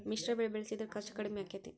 ಮಿಶ್ರ ಬೆಳಿ ಬೆಳಿಸಿದ್ರ ಖರ್ಚು ಕಡಮಿ ಆಕ್ಕೆತಿ?